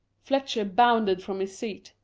fletcher bounded from his seat.